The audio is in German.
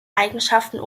eigenschaften